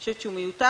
אני חושבת שהוא מיותר.